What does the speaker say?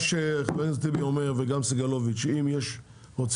מה שחבר הכנסת טיבי אומר, וגם סגלוביץ', זה